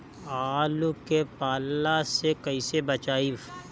आलु के पाला से कईसे बचाईब?